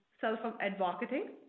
self-advocating